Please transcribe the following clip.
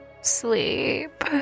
Sleep